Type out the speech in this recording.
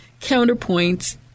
counterpoints